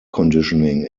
conditioning